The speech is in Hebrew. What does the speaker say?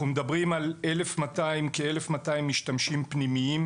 אנחנו מדברים על כ-1,200 משתמשים פנימיים